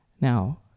Now